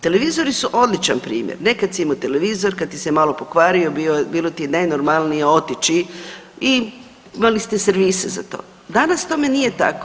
Televizori su odličan primjer, nekad si imao televizor, kad ti se malo pokvario, bilo ti je najnormalnije otići i imali ste servise za to, danas tome nije tako.